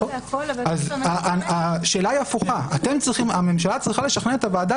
אז השאלה היא הפוכה: הממשלה צריכה לשכנע את הוועדה